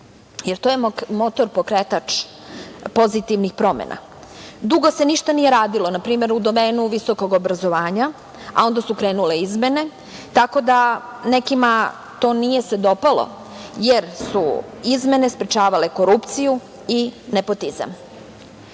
Jer, to je motor pokretač pozitivnih promena. Dugo se ništa nije radilo, na primer, u domenu visokog obrazovanja, a onda su krenule izmene, tako da se nekima to nije dopalo, jer su izmene sprečavale korupciju i